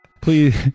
Please